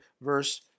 verse